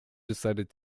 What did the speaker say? decided